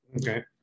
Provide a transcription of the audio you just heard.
Okay